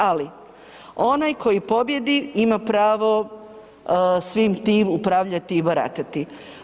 Ali onaj koji pobjedi ima pravo svim tim upravljati i baratati.